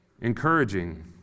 Encouraging